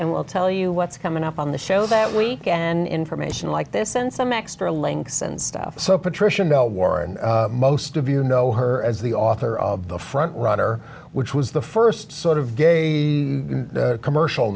and we'll tell you what's coming up on the show that week and information like this in some extra lengths and stuff so patricia know war and most of you know her as the author of the front runner which was the first sort of gay commercial